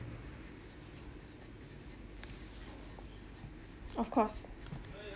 of course